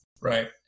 Right